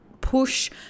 push